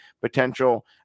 potential